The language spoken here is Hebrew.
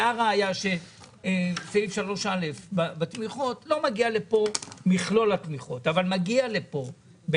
והראייה שסעיף 3 א בתמיכות לא מגיע לפה מכולל התמיכות,